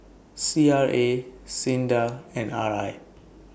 C R A SINDA and R I